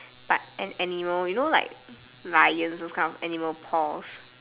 but an animal you know like lion those kind of animal paws